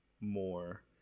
more